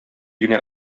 генә